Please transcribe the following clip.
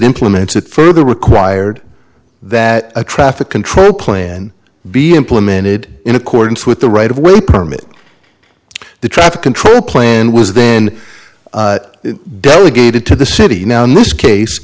implements it further required that a traffic control plan be implemented in accordance with the right of will permit the traffic control plan was then delegated to the city now in this case